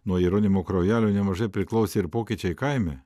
nuo jeronimo kraujelio nemažai priklausė ir pokyčiai kaime